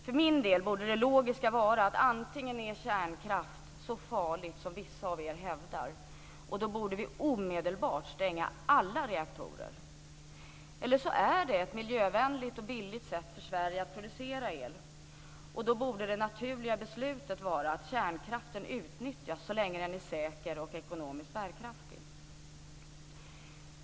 För min del borde det logiska vara att antingen är kärnkraft så farlig som vissa av er hävdar, och då borde vi omedelbart stänga alla reaktorer, eller så är det ett billigt och miljövänligt sätt för Sverige att producera el, och då borde det naturliga beslutet vara att kärnkraften utnyttjas så länge som den är säker och ekonomiskt bärkraftig.